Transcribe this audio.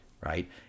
right